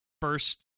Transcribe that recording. first